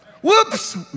Whoops